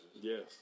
Yes